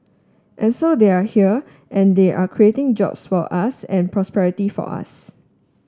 and so they are here and they are creating jobs for us and prosperity for us